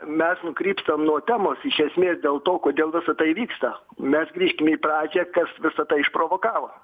mes nukrypstam nuo temos iš esmės dėl to kodėl visa tai vyksta mes grįžkime į pradžią kas visa tai išprovokavo